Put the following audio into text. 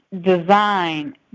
design